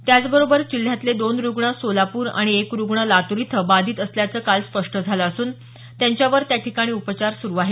त्याचबरोबर जिल्ह्यातले दोन रुग्ण सोलापूर आणि एक रुग्ण लातूर इथं बाधित असल्याचं काल स्पष्ट झालं असून त्यांच्यावर त्यांठिकाणी उपचार सुरु आहेत